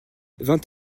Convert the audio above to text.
vingt